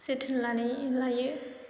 जोथोन लानाय लायो